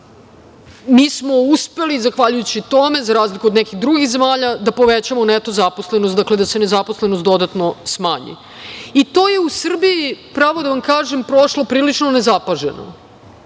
smo uspeli zahvaljujući tome, za razliku od nekih drugih zemalja da povećamo neto zaposlenost, dakle da se nezaposlenost dodatno smanji. To je u Srbiji prošlo, pravo da vam kažem, prilično nezapaženo. Dok